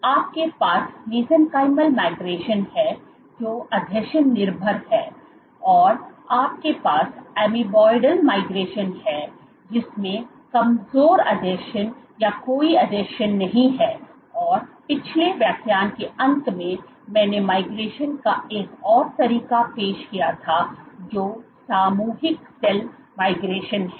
तो आपके पास मेसेनकाइमल माइग्रेशन है जो आसंजन निर्भर है और आपके पास एमोबॉइड माइग्रेशन है जिसमें कमजोर आसंजन या कोई आसंजन नहीं है और पिछले व्याख्यान के अंत में मैंने माइग्रेशन का एक और तरीका पेश किया था जो सामूहिक सेल माइग्रेशन है